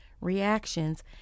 reactions